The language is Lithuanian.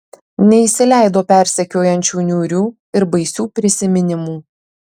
neįsileido persekiojančių niūrių ir baisių prisiminimų